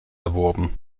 erworben